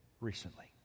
recently